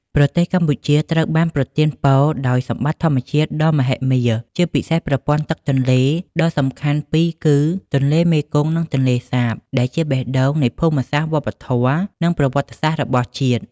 ប្រទេសកម្ពុជាត្រូវបានប្រទានពរដោយសម្បត្តិធម្មជាតិដ៏មហិមា ជាពិសេសប្រព័ន្ធទឹកទន្លេដ៏សំខាន់ពីរគឺទន្លេមេគង្គ និងទន្លេសាប ដែលជាបេះដូងនៃភូមិសាស្ត្រ វប្បធម៌ និងប្រវត្តិសាស្ត្ររបស់ជាតិ។